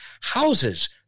houses